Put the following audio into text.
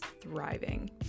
thriving